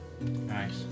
Nice